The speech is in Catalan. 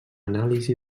anàlisi